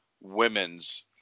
women's